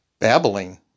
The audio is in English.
babbling